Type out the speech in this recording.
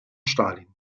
stalin